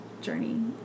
journey